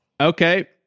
okay